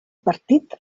partit